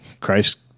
Christ